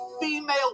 female